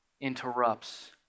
interrupts